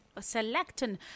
selecting